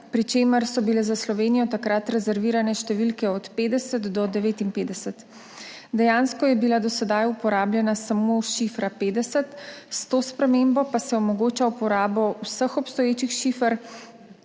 pri čemer so bile za Slovenijo takrat rezervirane številke od 50 do 59. Dejansko je bila do sedaj uporabljena samo šifra 50, s to spremembo pa se omogoča uporabo vseh obstoječih šifer,